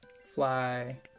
fly